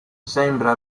sembra